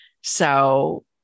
So-